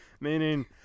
meaning